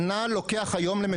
שנה לוקח היום למטופלת.